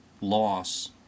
loss